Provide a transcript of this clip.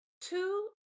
two